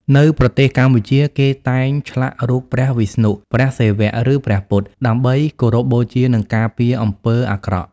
នៅប្រទេសកម្ពុជា គេតែងឆ្លាក់រូបព្រះវិស្ណុ ព្រះសិវៈ ឬព្រះពុទ្ធ ដើម្បីគោរពបូជា និងការពារអំពើអាក្រក់។